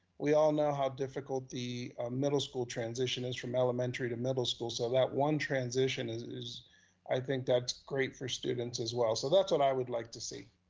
we all know how difficult the middle school transition is, from elementary to middle school, so that one transition is, i think that's great for students as well. so that's what i would like to see.